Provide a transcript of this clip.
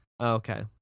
Okay